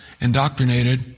indoctrinated